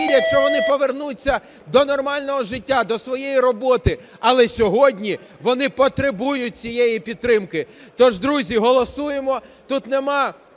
що вони повернуться до нормального життя, до своєї роботи. Але сьогодні вони потребують цієї підтримки. То ж, друзі, голосуємо. Тут нема